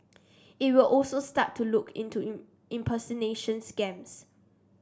it will also start to look into impersonation scams